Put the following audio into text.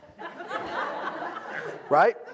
right